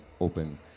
open